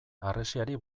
harresiari